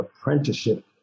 apprenticeship